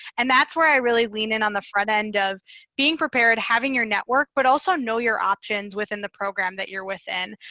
and that's where i really lean in on the front end of being prepared, having your network, but also know your options within the program that you're within.